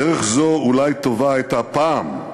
דרך זו אולי טובה הייתה פעם,